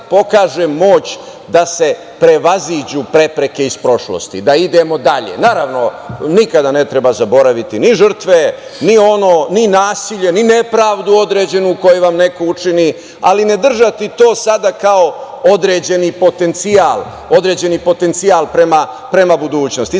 pokaže moć da se prevaziđu prepreke iz prošlosti, da idemo dalje. Naravno, nikada ne treba zaboraviti ni žrtve, ni nasilje, ni nepravdu određenu koju vam neko učini, ali ne držati to sada kao određeni potencijal prema budućnosti.